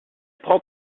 prend